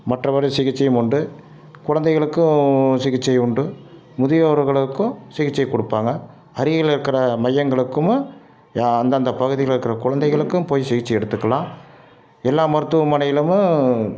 மற்றவர் சிகிச்சையும் உண்டு குழந்தைகளுக்கும் சிகிச்சை உண்டு முதியோர்களுக்கும் சிகிச்சை கொடுப்பாங்க அருகில் இருக்கிற மையங்களுக்கும் யா அந்தந்த பகுதியில் இருக்கிற குழந்தைகளுக்கும் போய் சிகிச்சை எடுத்துக்கலாம் எல்லா மருத்துவமனைல